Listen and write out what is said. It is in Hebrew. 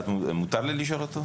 מותר לי לשאול אותו?